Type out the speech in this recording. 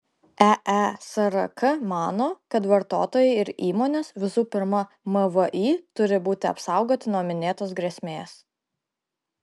eesrk mano kad vartotojai ir įmonės visų pirma mvį turi būti apsaugoti nuo minėtos grėsmės